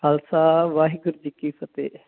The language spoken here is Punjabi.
ਖਾਲਸਾ ਵਾਹਿਗੁਰੂ ਜੀ ਕੀ ਫਤਿਹ